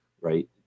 right